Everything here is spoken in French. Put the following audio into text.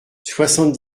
soixante